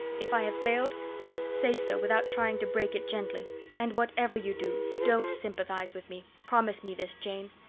if i have failed just say so, without trying to break it gently and whatever you do don't sympathize with me. promise me this, jane.